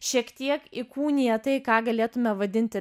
šiek tiek įkūnija tai ką galėtumėme vadinti